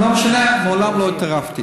לא משנה, מעולם לא התערבתי.